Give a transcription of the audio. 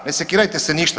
Ne sekirajte se ništa!